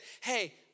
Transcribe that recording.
hey